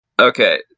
Okay